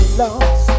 lost